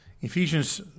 Ephesians